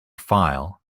file